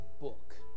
book